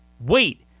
Wait